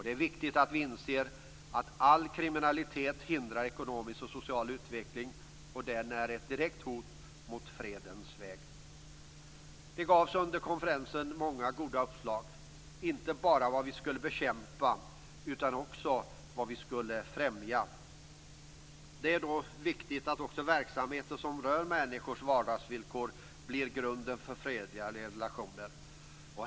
Det är viktigt att vi inser att all kriminalitet hindrar ekonomisk och social utveckling och att den är ett direkt hot mot fredens väg. Det gavs under konferensen många goda uppslag, inte bara om vad vi skulle bekämpa, utan också vad vi skulle främja. Det är då viktigt att också verksamheter som rör människors vardagsvillkor blir grunden för fredliga relationer.